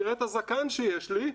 תראה את הזקן שיש לי,